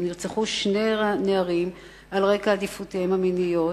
בו נרצחו שני נערים על רקע העדפותיהם המיניות.